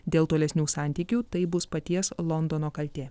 dėl tolesnių santykių tai bus paties londono kaltė